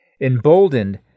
Emboldened